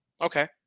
Okay